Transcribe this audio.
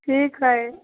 ठीक हइ